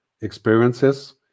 experiences